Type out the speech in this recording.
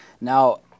Now